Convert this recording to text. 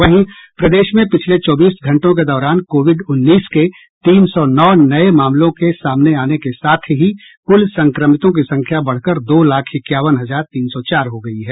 वहीं प्रदेश में पिछले चौबीस घंटों के दौरान कोविड उन्नीस के तीन सौ नौ नये मामलों के सामने आने के साथ ही कुल संक्रमितों की संख्या बढ़कर दो लाख इक्यावन हजार तीन सौ चार हो गयी है